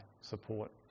support